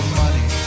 money